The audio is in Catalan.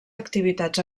activitats